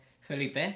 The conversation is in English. Felipe